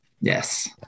Yes